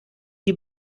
die